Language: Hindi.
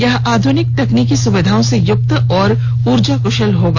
यह आध्निक तकनीकी सुविधाओं से युक्त और ऊर्जा क्शल होगा